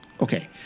okay